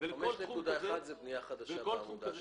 5.1 זה בנייה חדשה,